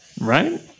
Right